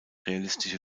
realistische